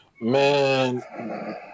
Man